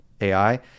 AI